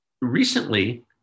recently